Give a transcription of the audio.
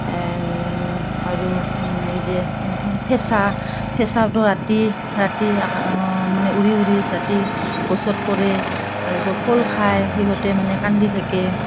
আৰু এই যে ফেঁচা ফেঁচাটো ৰাতি ৰাতি মানে উৰি উৰি ৰাতি গছত পৰে তাৰপিছত ফল খায় সিহঁতে মানে কান্দি থাকে